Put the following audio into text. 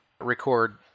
record